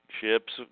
Ships